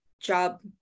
job